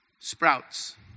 sprouts